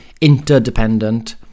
interdependent